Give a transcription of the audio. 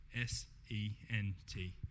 S-E-N-T